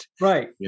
Right